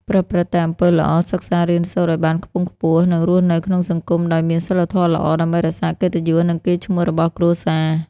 ប្រព្រឹត្តតែអំពើល្អ សិក្សារៀនសូត្រឱ្យបានខ្ពង់ខ្ពស់ និងរស់នៅក្នុងសង្គមដោយមានសីលធម៌ល្អ ដើម្បីរក្សាកិត្តិយស និងកេរ្តិ៍ឈ្មោះរបស់គ្រួសារ។